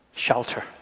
Shelter